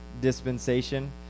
dispensation